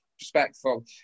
Respectful